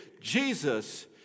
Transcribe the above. Jesus